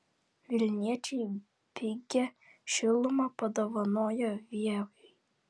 vilniečiai pigią šilumą padovanojo vieviui